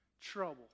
trouble